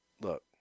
look